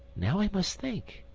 now i must think.